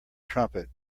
trumpet